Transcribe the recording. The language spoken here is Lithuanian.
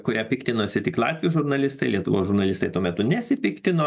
kuria piktinosi tik latvių žurnalistai lietuvos žurnalistai tuo metu nesipiktino